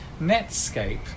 Netscape